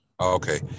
Okay